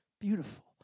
beautiful